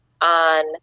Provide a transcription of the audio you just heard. on